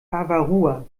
avarua